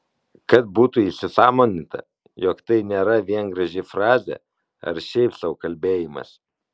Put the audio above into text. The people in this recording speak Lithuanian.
kad būtų įsisąmoninta jog tai nėra vien graži frazė ar šiaip sau kalbėjimas